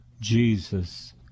Jesus